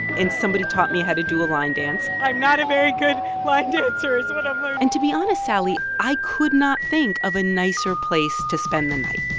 and somebody taught me how to do a line dance i'm not a very good line dancer is what i'm learning and to be honest, sally, i could not think of a nicer place to spend the night